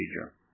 procedure